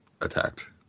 attacked